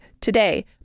today